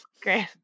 Great